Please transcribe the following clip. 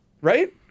right